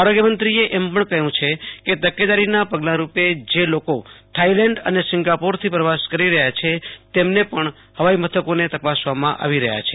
આરોગ્યમંત્રીએ એમ પણ કહ્યું છે કે તકેદારીના પગલારૂપે જે લોકો થાઈલેન્ડ અને સિંગાપોરથી પ્રવાસ કરી રહ્યા છે તેમને પણ હવાઈમથકોએ તપાસવામાં આવી રહ્યા છે